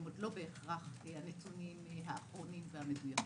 הם לא בהכרח הנתונים האחרונים והמדויקים.